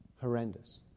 horrendous